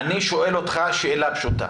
אני שואל אותך שאלה פשוטה: